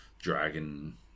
dragon